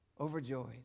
overjoyed